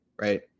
right